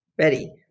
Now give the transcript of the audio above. ready